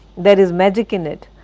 there is magic in it.